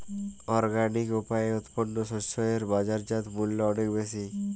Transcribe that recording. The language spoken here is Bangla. অর্গানিক উপায়ে উৎপন্ন শস্য এর বাজারজাত মূল্য অনেক বেশি